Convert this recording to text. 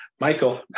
Michael